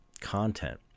content